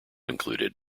included